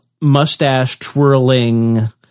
mustache-twirling